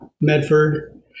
Medford